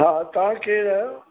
हा तव्हां केरु आहियो